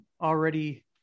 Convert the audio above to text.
already